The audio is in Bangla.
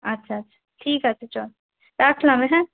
আচ্ছা আচ্ছা ঠিক আছে চল রাখলাম হ্যাঁ